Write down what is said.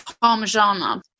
Parmesan